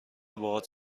باهات